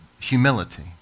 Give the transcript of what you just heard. humility